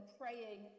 praying